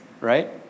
right